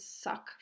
suck